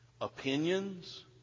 Opinions